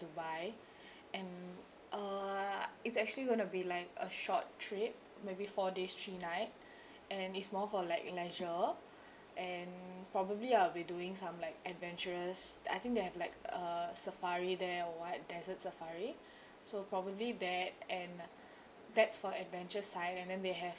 dubai and uh it's actually going to be like a short trip maybe four days three night and it's more for like leisure and probably I'll be doing some like adventurous I think they have like a safari there or what desert safari so probably there and uh that's for adventure side and then they have